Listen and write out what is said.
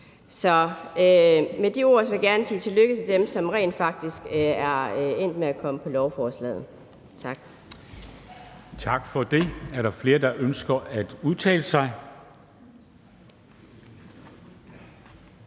Så med de ord vil jeg gerne sige tillykke til dem, der rent faktisk er endt med at komme på lovforslaget. Kl. 10:26 Formanden (Henrik Dam Kristensen): Tak for det. Er der flere, der ønsker at udtale sig?